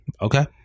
Okay